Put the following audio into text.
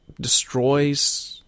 destroys